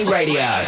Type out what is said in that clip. Radio